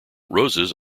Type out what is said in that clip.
roses